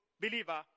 Believer